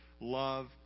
love